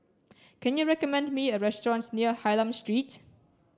can you recommend me a restaurant near Hylam Street